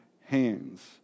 hands